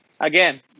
again